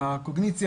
הקוגניציה,